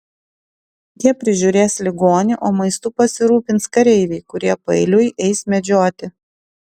jie prižiūrės ligonį o maistu pasirūpins kareiviai kurie paeiliui eis medžioti